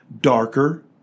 darker